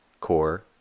core